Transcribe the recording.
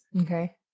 Okay